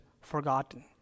forgotten